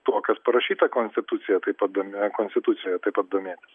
tuo kas parašyta konstitucijoje taip pat domė konstitucijoje taip pat domėtis